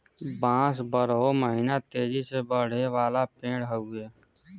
बांस बारहो महिना तेजी से बढ़े वाला पेड़ हउवे